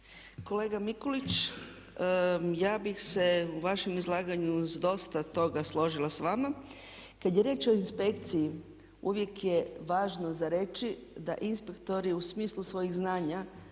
Kolega Mikulić, ja bih se u vašem izlaganju s dosta toga složila s vama. Kad je riječ o inspekciji uvijek je važno za reći da inspektori u smislu svoju znanja